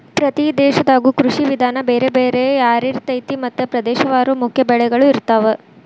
ಪ್ರತಿ ದೇಶದಾಗು ಕೃಷಿ ವಿಧಾನ ಬೇರೆ ಬೇರೆ ಯಾರಿರ್ತೈತಿ ಮತ್ತ ಪ್ರದೇಶವಾರು ಮುಖ್ಯ ಬೆಳಗಳು ಇರ್ತಾವ